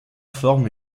forme